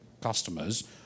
customers